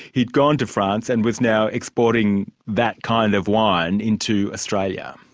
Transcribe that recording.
who'd gone to france and was now exporting that kind of wine into australia.